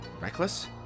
Reckless